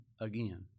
again